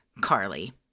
Carly